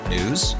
News